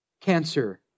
Cancer